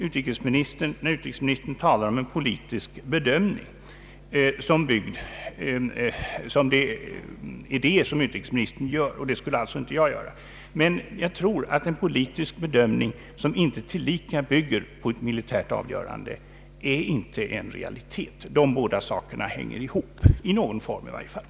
Utrikesministern talar om en politisk bedömning som någonting han gör och som inte jag skulle göra. Men jag tror att en politisk bedömning som inte tillika bygger på ett militärt avgörande inte är en realitet. De båda sakerna hänger ihop, i någon form i varje fall.